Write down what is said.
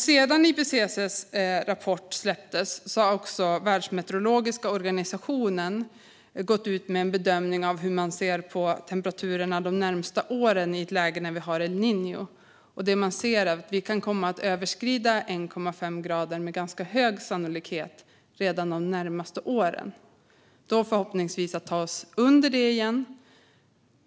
Sedan IPCC:s rapport släpptes har också Världsmeteorologiska organisationen gått ut med en bedömning av temperaturerna de närmaste åren i ett läge där vi har El Niño. Det man ser är att vi kommer att överskrida 1,5 grader med ganska hög sannolikhet redan de närmaste åren. Då får vi förhoppningsvis ta oss under det igen.